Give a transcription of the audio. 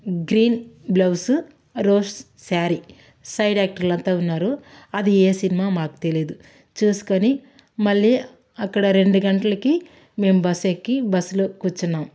green blouse rose sari side యాక్టర్లు అంతా ఉన్నారు అది ఏ సినిమా మాకు తెలీదు చూసుకొని మళ్ళీ అక్కడ రెండు గంటలకి మేము బస్ ఎక్కి బస్లో కూర్చున్నాం